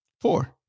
four